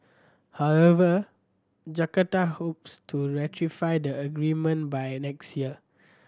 however Jakarta hopes to ratify the agreement by next year